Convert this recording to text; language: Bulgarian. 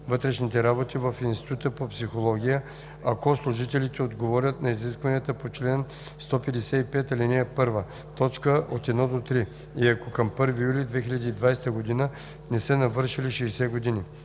вътрешните работи в Института по психология, ако служителите отговорят на изискванията по чл. 155, ал. 1, т. 1 – 3 и ако към 1 юли 2020 г. не са навършили 60 години.